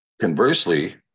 Conversely